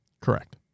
Correct